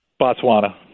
Botswana